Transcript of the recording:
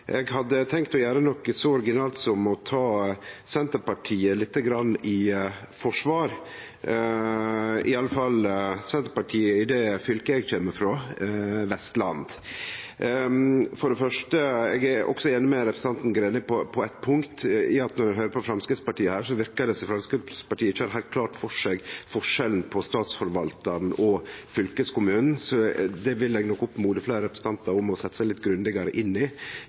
eg hadde tenkt å gjere noko så uvanleg som å ta Senterpartiet litt i forsvar, iallfall Senterpartiet i det fylket eg kjem frå, Vestland. For det første: Eg er også einig med representanten Greni på eitt punkt, i at når ein høyrer på Framstegspartiet her, verkar det som om Framstegspartiet ikkje har heilt klart for seg forskjellen på Statsforvaltaren og fylkeskommunen. Det vil eg nok oppmode fleire representantar om å setje seg litt grundigare inn i.